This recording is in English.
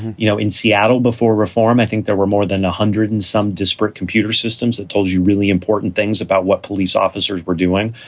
you know, in seattle before reform. i think there were more than one hundred and some disparate computer systems that tells you really important things about what police officers were doing,